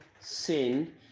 sin